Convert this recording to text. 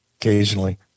occasionally